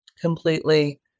completely